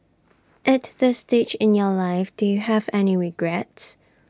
at this stage in your life do you have any regrets